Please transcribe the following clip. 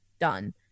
done